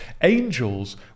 Angels